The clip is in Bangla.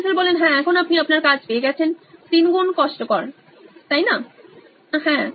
প্রফেসর হ্যাঁ এখন আপনি আপনার কাজ পেয়ে গেছেন তিনগুণ কষ্টকর হ্যাঁ